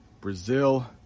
Brazil